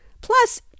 Plus